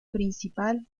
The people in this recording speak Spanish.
principal